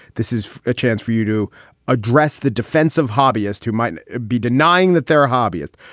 this is a chance for you to address the defensive hobbyist who might be denying that they're a hobbyist.